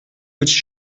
petit